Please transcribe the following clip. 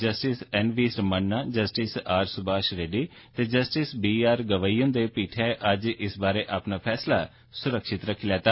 justice N V Ramana justice R Subhash Reddy ते justice B R Gavai हुंदी पीठै अज्ज इस बारै अपना फैसला सुरक्षित रक्खी लैता